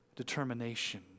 Determination